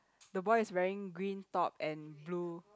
the boy is wearing green top and blue